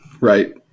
Right